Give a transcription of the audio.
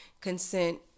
consent